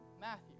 Matthew